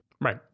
Right